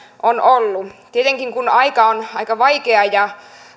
on ollut tietenkin kun aika on aika vaikea ja